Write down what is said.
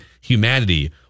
humanity